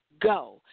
go